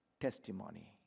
testimony